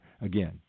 again